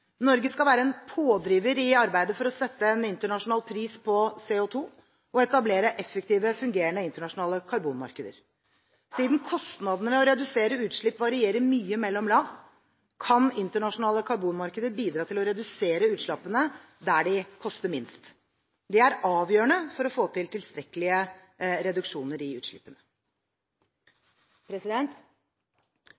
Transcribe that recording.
Norge skal være en pådriver i arbeidet for å sette en internasjonal pris på CO2 og etablere effektive, fungerende internasjonale karbonmarkeder. Siden kostnadene ved å redusere utslipp varierer mye mellom land, kan internasjonale karbonmarkeder bidra til å redusere utslippene der de koster minst. Det er avgjørende for å få til tilstrekkelige reduksjoner i utslippene.